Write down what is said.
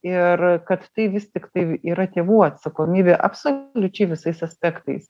ir kad tai vis tiktai yra tėvų atsakomybė absoliučiai visais aspektais